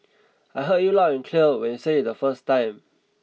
I heard you loud and clear when you said it the first time